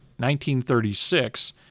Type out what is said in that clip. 1936